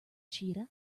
cheetah